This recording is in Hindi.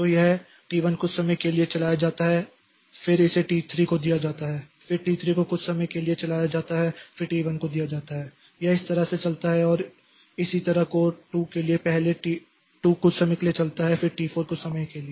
तो यह T1 कुछ समय के लिए चलाया जाता है फिर इसे T3 को दिया जाता है फिर T3 को कुछ समय के लिए चलाया जाता है फिर T1 को दिया जाता है यह इस तरह से चलता है और इसी तरह कोर 2 के लिए पहले T2 कुछ समय के लिए चलता है फिर T4 कुछ समय के लिए